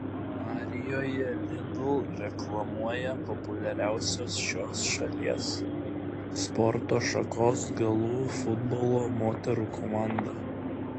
arijoje lidl reklamuoja populiariausios šios šalies sporto šakos galų futbolo moterų komanda